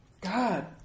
God